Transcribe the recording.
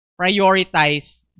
prioritize